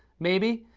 maybe?